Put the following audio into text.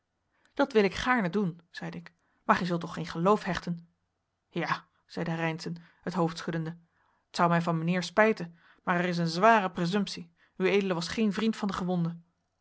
dat wil ik gaarne doen zeide ik maar gij zult toch geen geloof hechten ja zeide reynszen het hoofd schuddende t zou mij van mijnheer spijten maar er is een zware praesumtie ued was geen vriend van den gewonde